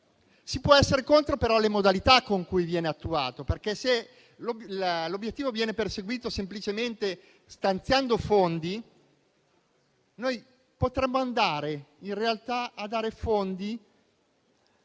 però bisogna considerare le modalità con cui viene attuato, perché se l'obiettivo viene perseguito semplicemente stanziando fondi, potremmo andare a dare fondi